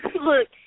Look